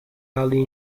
ali